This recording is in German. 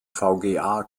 vga